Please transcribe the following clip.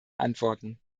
antworten